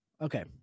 okay